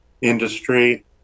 industry